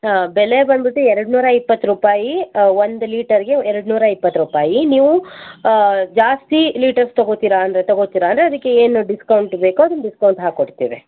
ಹಾಂ ಬೆಲೆ ಬಂದ್ಬಿಟ್ಟು ಎರಡ್ನೂರ ಇಪ್ಪತ್ತು ರೂಪಾಯಿ ಒಂದು ಲೀಟರ್ಗೆ ಎರಡ್ನೂರ ಇಪ್ಪತ್ತು ರೂಪಾಯಿ ನೀವು ಜಾಸ್ತಿ ಲೀಟರ್ಸ್ ತೊಗೊತೀರ ಅಂದರೆ ತಗೋತೀರಾ ಅದಕ್ಕೇನು ಡಿಸ್ಕೌಂಟ್ ಬೇಕೋ ಅದನ್ನು ಡಿಸ್ಕೌಂಟ್ ಹಾಕ್ಕೊಡ್ತೇವೆ